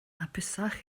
hapusach